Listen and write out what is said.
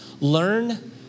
Learn